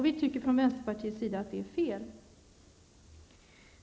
Vi tycker från vänsterpartiets sida att det är fel.